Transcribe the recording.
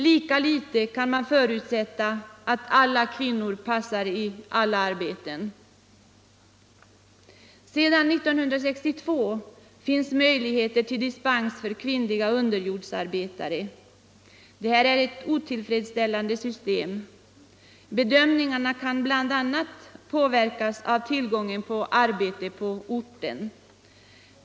Lika litet kan man förutsätta att alla kvinnor passar i alla arbeten. Sedan 1962 finns möjligheter till dispens för kvinnliga underjordsarbetare. Det är ett otillfredsställande system, bedömningarna kan bl.a. påverkas av tillgången till arbete på orten.